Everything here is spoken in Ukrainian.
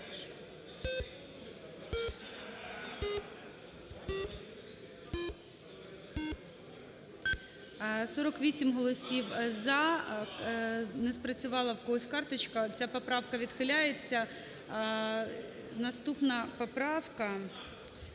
48 голосів "за", не спрацювала в когось карточка. Ця поправка відхиляється. Наступна поправка